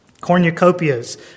cornucopias